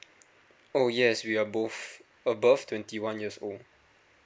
oh yes we are both above twenty one years old